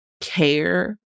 care